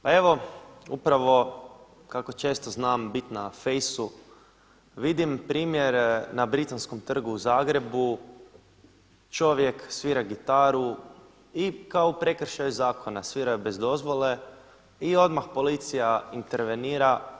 Pa evo, upravo kako često znam bit na Facebooku vidim primjer na Britanskom trgu u Zagrebu čovjek svira gitaru i kao u prekršaju zakona, svirao je bez dozvole i odmah policija intervenira.